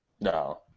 No